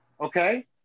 Okay